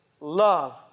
love